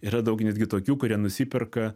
yra daug netgi tokių kurie nusiperka